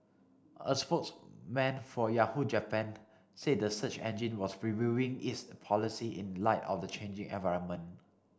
a spokesman for Yahoo Japan said the search engine was reviewing its policy in light of the changing environment